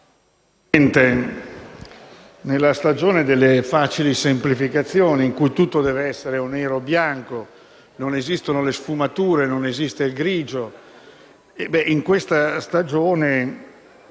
Presidente, nella stagione delle facili semplificazioni, in cui tutto deve essere o nero o bianco, dove non esistono le sfumature e non esiste il grigio, bisogna,